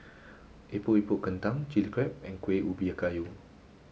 Epok Epok Kentang Chilli Crab and Kuih Ubi Kayu